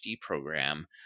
program